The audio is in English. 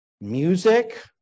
music